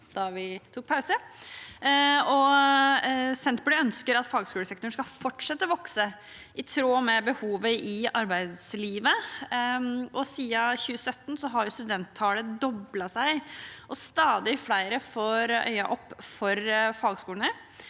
da vi tok pause. Senterpartiet ønsker at fagskolesektoren skal fortsette å vokse i tråd med behovet i arbeidslivet. Siden 2017 har studenttallet doblet seg, og stadig flere får øynene opp for fagskolene.